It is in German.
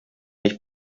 nicht